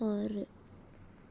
ஆறு